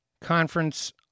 conference